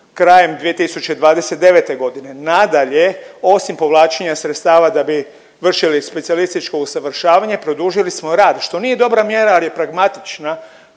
krajem 2029.g.. Nadalje, osim povlačenja sredstava da bi vršili specijalističko usavršavanje produžili smo rad, što nije dobra mjera, al je pragmatična,